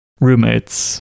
roommates